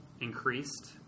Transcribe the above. increased